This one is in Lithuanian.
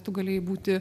tu galėjai būti